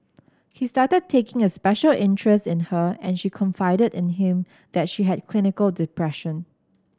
he started taking a special interest in her and she confided in him that she had clinical depression